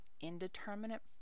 indeterminate